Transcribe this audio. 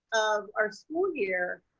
of our school year,